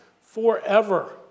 forever